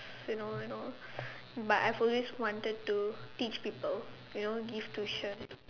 you know you know but I've always wanted to teach people you know give tuition